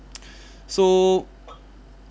so